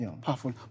Powerful